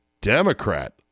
Democrat